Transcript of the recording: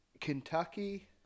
Kentucky